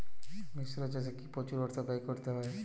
মিশ্র চাষে কি প্রচুর অর্থ ব্যয় করতে হয়?